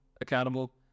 accountable